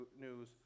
news